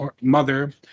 mother